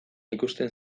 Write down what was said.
ikusten